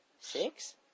six